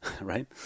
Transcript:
right